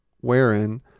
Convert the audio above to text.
wherein